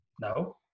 no